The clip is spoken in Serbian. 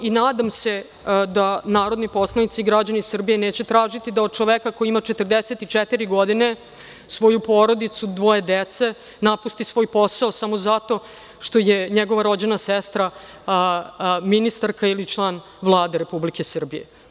Nadam se da narodni poslanici i građani Srbije neće tražiti da od čoveka koji ima 44 godine, svoju porodicu, dvoje dece, napusti svoj posao samo zato što je njegova rođena sestra ministarka ili član Vlade Republike Srbije.